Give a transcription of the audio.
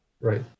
Right